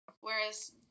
Whereas